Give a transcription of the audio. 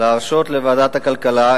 להרשות לוועדת הכלכלה,